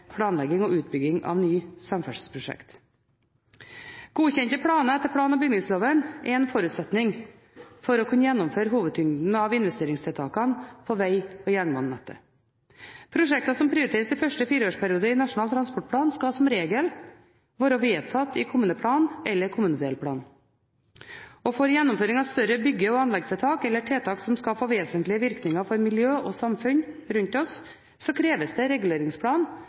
planlegging og utbygging av nye samferdselsprosjekter. Godkjente planer etter plan- og bygningsloven er en forutsetning for å kunne gjennomføre hovedtyngden av investeringstiltakene på veg- og jernbanenettet. Prosjekter som prioriteres i den første fireårsperioden i Nasjonal transportplan, skal som regel være vedtatt i kommuneplan eller i kommunedelplan. For gjennomføring av større bygge- og anleggstiltak eller tiltak som skal få vesentlige virkninger for miljøet og samfunnet rundt oss, kreves det reguleringsplan